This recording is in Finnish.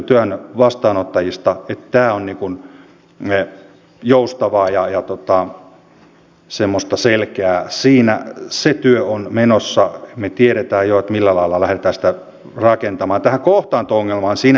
siksi meidän pitää keskustella siitä nyt kun tehdään näitä yksittäisiä päätöksiä lisääkö tämä vielä entisestään eriarvoisuutta ja murrammeko sitä kautta jotain perustavaa oleellista hyvinvointiyhteiskunnan pohjasta johon mielestäni tasa arvoisuus kuuluu